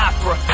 Opera